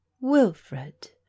wilfred